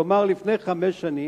כלומר לפני חמש שנים,